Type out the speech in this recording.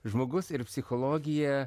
žmogus ir psichologija